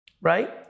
Right